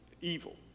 evil